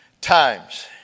times